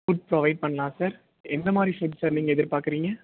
food provide பண்ணலாம் sir எந்தமாதிரி food sir நீங்கள் எதிர்பார்க்குறீங்க